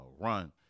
Run